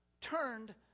turned